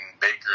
Baker